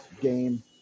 game